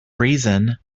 reason